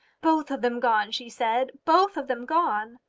both of them gone, she said. both of them gone!